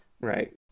right